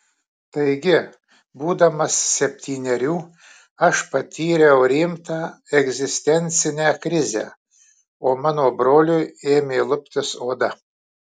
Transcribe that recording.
taigi būdamas septynerių aš patyriau rimtą egzistencinę krizę o mano broliui ėmė luptis oda